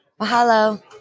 Mahalo